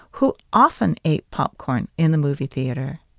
who often ate popcorn in the movie theater.